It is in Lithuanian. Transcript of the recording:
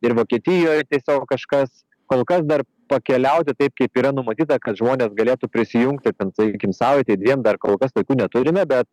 ir vokietijoj tiesiog kažkas kol kas dar pakeliauti taip kaip yra numatyta kad žmonės galėtų prisijungti ir ten sakykim savaitei dviem dar kol kas tokių neturime bet